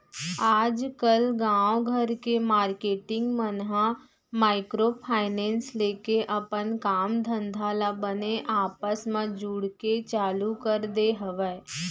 आजकल गाँव घर के मारकेटिंग मन ह माइक्रो फायनेंस लेके अपन काम धंधा ल बने आपस म जुड़के चालू कर दे हवय